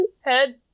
Head